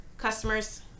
customers